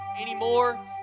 anymore